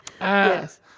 Yes